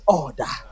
order